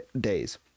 days